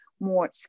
more